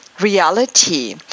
reality